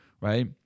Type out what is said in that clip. Right